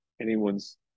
anyone's